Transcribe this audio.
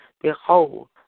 behold